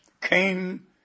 came